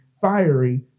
fiery